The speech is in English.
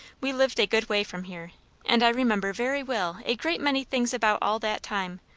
we lived a good way from here and i remember very well a great many things about all that time,